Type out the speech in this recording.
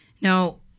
Now